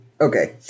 Okay